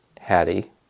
Hattie